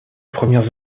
premières